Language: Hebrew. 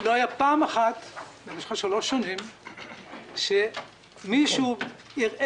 לא הייתה פעם אחת במשך שלוש השנים שמישהו ערער